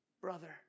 brother